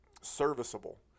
serviceable